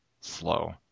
slow